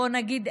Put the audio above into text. בואו נגיד,